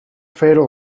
fatal